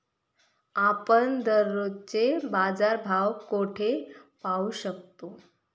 आपण दररोजचे बाजारभाव कोठे पाहू शकतो?